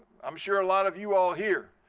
i'm sure a lot of you all here